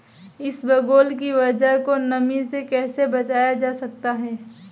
इसबगोल की उपज को नमी से कैसे बचाया जा सकता है?